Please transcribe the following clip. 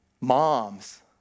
moms